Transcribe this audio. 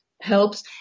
helps